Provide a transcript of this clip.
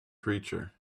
creature